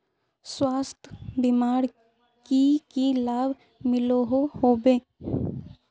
स्वास्थ्य बीमार की की लाभ मिलोहो होबे?